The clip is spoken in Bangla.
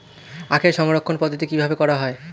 আখের সংরক্ষণ পদ্ধতি কিভাবে করা হয়?